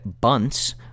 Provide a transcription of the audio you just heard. bunts